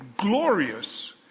glorious